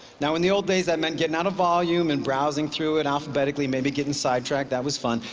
now in the old days, that meant getting out a volume and browsing through it alphabetically, maybe getting sidetracked, that was fun.